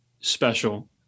special